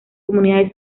comunidades